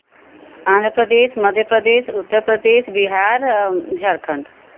आंध्र प्रदेश मध्य प्रदेश उत्तर प्रदेश बिहार और झारखंड